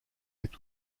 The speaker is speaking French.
est